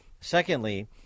Secondly